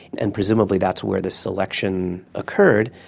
and presumably that's where this selection occurred.